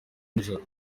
nijoro